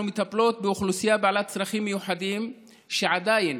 אנחנו מטפלות באוכלוסייה בעלת צרכים מיוחדים שעדיין